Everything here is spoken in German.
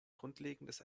grundlegendes